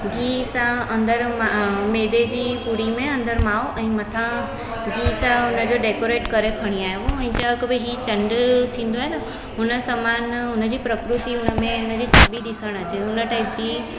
गिहु सां अंदरि मां मेदे जी पूड़ी में अंदरि माओ ऐं मथां गिहु सां हुनजो डेकॉरेट करे खणी आयो ऐं चयो की भई ई चंड थींदो आहे न हुन समान हुन जी प्रकृति हुन में हुन जी छवी ॾिसणु अचे हुन टाइप जी